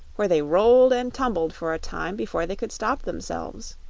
where they rolled and tumbled for a time before they could stop themselves.